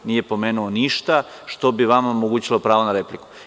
Nije pomenuo ništa što bi vama omogućilo pravo na repliku.